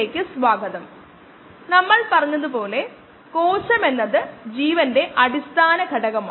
ഈ പ്രഭാഷണത്തിൽ നമുക്ക് ആ പ്രശ്നം പരിഹരിക്കാം